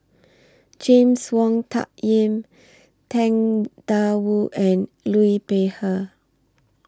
James Wong Tuck Yim Tang DA Wu and Liu Peihe